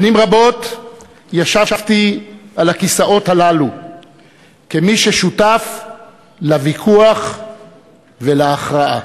שנים רבות ישבתי על הכיסאות הללו כמי ששותף לוויכוח ולהכרעה.